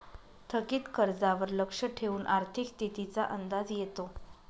थकीत कर्जावर लक्ष ठेवून आर्थिक स्थितीचा अंदाज येतो